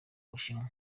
bushinwa